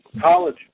college